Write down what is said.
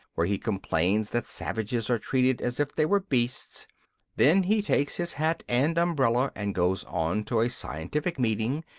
where he complains that savages are treated as if they were beasts then he takes his hat and umbrella and goes on to a scientific meeting,